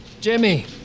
Jimmy